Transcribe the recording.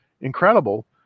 incredible